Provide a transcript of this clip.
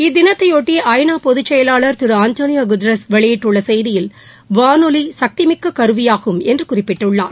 இத்தினத்தையொட்டி ஐ நா பொதுச்செயலாளர் திரு அன்டோவியோ குட்டரஸ் வெளியிட்டுள்ள செய்தியில் வானொலி சக்தி மிக்க கருவியாகும் என்று குறிப்பிட்டுள்ளார்